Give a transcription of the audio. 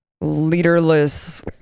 leaderless